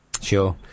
Sure